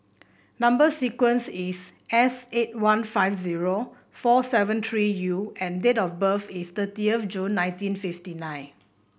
number sequence is S eight one five zero four seven three U and date of birth is thirty of June nineteen fifty nine